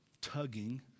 tugging